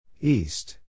East